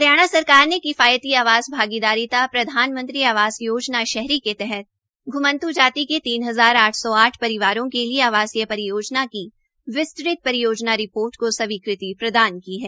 हरियाणा सरकार ने किफायती आवास भागीदारिता प्रधानमंत्री आवास योजना शहरी के तहत घ्मन्त् जाति के तीन हजार आठ सौ आठ परिवारों के लिये आवासीय परियोजना की विस्तृत परियोजना रिपोर्ट का स्वीकृति प्रदान की है